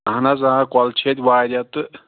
اہن حظ آ کۄلہٕ چھِ ییٚتہِ واریاہ تہٕ